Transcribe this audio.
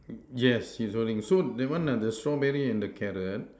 y~ yes he's holding so that one are the strawberry and carrot